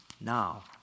Now